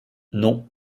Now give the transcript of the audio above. non